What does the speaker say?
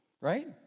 right